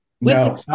No